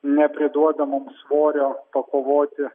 nepriduoda mums svorio pakovoti